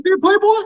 Playboy